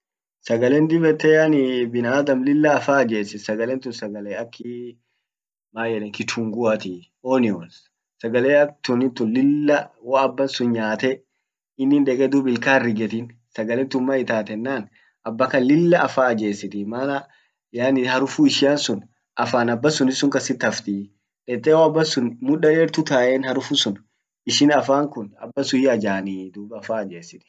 Sagalen dib yette yani binaadam lilla afan ajes. sagalen tun sagale akii man yedani kitunguatii onions sagale ak tunintun lilla wo aba sun nyaate inin deqe dum ilkan hinrigetin sagalen tun man itaat yenan aba kan lilla afan ajesitii mana yani harufu ishia sun afan aba suni sun kasit hafti dette wo aba sun mda dertu taen harufu sun ishin afan kun aba sun hiajanii duub afan ajesitii.